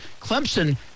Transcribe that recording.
Clemson